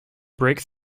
break